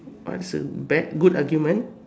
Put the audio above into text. what's a bad good argument